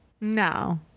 no